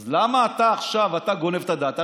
אז למה אתה עכשיו גונב את הדעת?